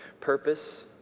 Purpose